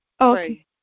Okay